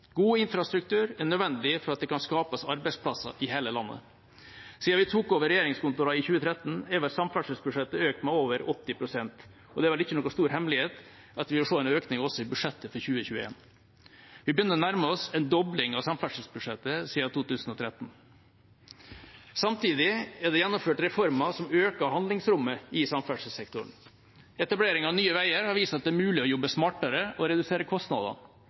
God infrastruktur er nødvendig for at det kan skapes arbeidsplasser i hele landet. Siden vi tok over regjeringskontorene i 2013, har samferdselsbudsjettet økt med over 80 pst., og det er vel ingen stor hemmelighet at vi vil se en økning også i budsjettet for 2021. Vi begynner å nærme oss en dobling av samferdselsbudsjettet siden 2013. Samtidig er det gjennomført reformer som øker handlingsrommet i samferdselssektoren. Etableringen av Nye veier har vist at det er mulig å jobbe smartere og redusere kostnadene.